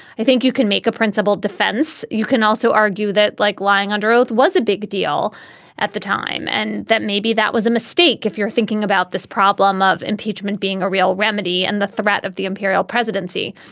i think you can make a principled defense. you can also argue that like lying under oath was a big deal at the time and that maybe that was a mistake. if you're thinking about this problem of impeachment being a real remedy and the threat of the imperial presidency.